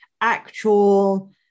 actual